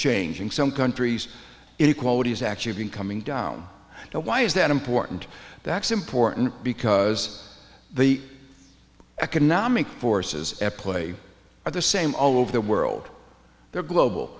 changing some countries inequality has actually been coming down now why is that important that's important because the economic forces at play are the same all over the world they're global